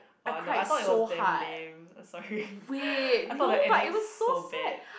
oh uh no I thought it was damn lame sorry I thought the ending so bad